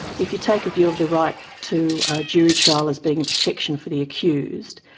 if you take a view of the right to a jury trial as being a protection for the accused,